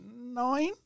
nine